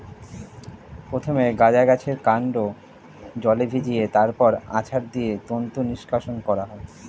প্রথমে গাঁজা গাছের কান্ড জলে ভিজিয়ে তারপর আছাড় দিয়ে তন্তু নিষ্কাশণ করা হয়